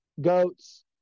goats